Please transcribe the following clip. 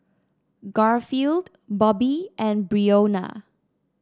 Garfield Bobbye and Breonna